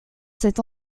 cet